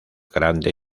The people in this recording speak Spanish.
grande